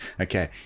okay